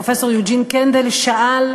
פרופסור יוג'ין קנדל, שאל: